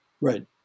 Right